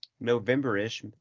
November-ish